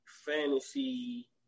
fantasy